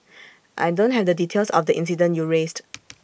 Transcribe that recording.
I don't have the details of the incident you raised